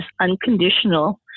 unconditional